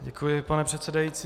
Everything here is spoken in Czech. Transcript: Děkuji, pane předsedající.